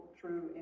true